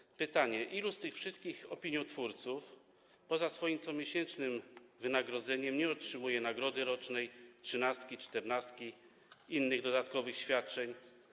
Stawiam pytanie, ilu z tych wszystkich opiniotwórców poza swoim comiesięcznym wynagrodzeniem nie otrzymuje nagrody rocznej, trzynastki, czternastki i innych dodatkowych świadczeń.